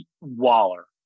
Waller